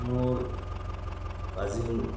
মোৰ কাজিন